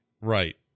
Right